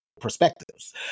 Perspectives